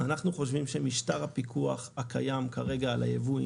אנחנו חושבים שמשטר הפיקוח הקיים כרגע על היבוא,